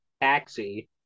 taxi